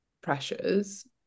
pressures